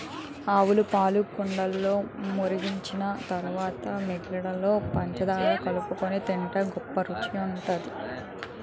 ఆవుపాలు కుండలో మరిగించిన తరువాత మీగడలో పంచదార కలుపుకొని తింటే గొప్ప రుచిగుంటది